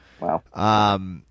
Wow